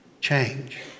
change